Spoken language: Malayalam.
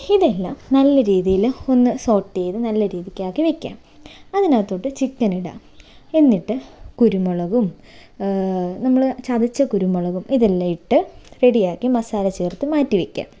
ഇതെല്ലാം നല്ല രീതിയിൽ ഒന്ന് സോട്ട് ചെയ്ത് നല്ല രീതിക്കാക്കി വയ്ക്കണം അതിനകത്തോട്ട് ചിക്കൻ ഇടുക എന്നിട്ട് കുരുമുളകും നമ്മൾ ചതച്ച കുരുമുളകും ഇതെല്ലാം ഇട്ട് റെഡി ആക്കി മസാല ചേർത്ത് മാറ്റി വയ്ക്കാം